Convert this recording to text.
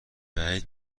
بعید